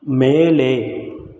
மேலே